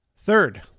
Third